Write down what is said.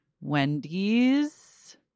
Wendy's